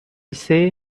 say